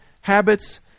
habits